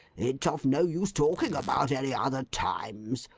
it's of no use talking about any other times,